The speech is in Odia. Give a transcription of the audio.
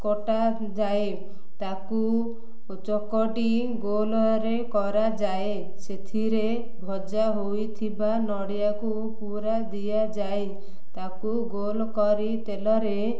କଟାଯାଏ ତାକୁ ଚକଟି ଗୋଲରେ କରାଯାଏ ସେଥିରେ ଭଜା ହୋଇଥିବା ନଡ଼ିଆକୁ ପୂୁର ଦିଆଯାଏ ତାକୁ ଗୋଲ କରି ତେଲରେ